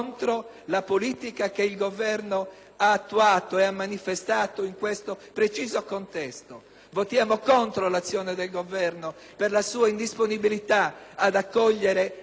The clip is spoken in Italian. ha attuato e ha manifestato in questo preciso contesto. Votiamo contro l'azione del Governo per la sua indisponibilità ad accogliere anche le seppur minime indicazioni